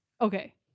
Okay